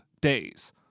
days